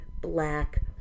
black